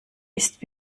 ist